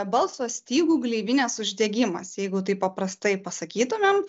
balso stygų gleivinės uždegimas jeigu taip paprastai pasakytumėm